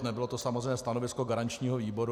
Nebylo to samozřejmě stanovisko garančního výboru.